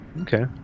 okay